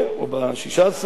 בשישה-עשר.